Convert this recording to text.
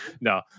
No